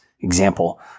example